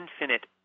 infinite